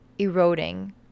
Eroding